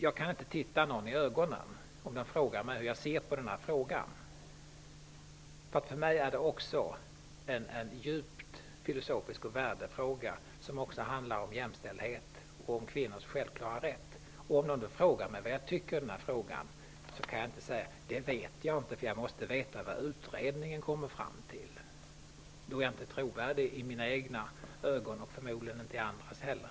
Jag kan inte se den i ögonen som undrar hur jag ser på den här frågan. För mig handlar det nämligen också om en djupt filosofisk fråga och om en värdefråga som också gäller jämställdhet och kvinnors självklara rätt. Om någon frågar vad jag tycker i den här frågan kan jag inte säga: Det vet jag inte, för jag måste veta vad utredningen kommer fram till. Då är jag inte trovärdig i mina egna ögon och förmodligen inte i andras heller.